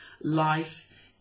life